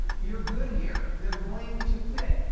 you are good here. they're going to fit.